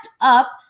up